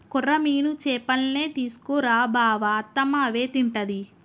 కొర్రమీను చేపల్నే తీసుకు రా బావ అత్తమ్మ అవే తింటది